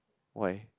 why